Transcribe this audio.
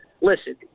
Listen